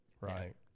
right